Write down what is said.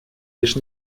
лишь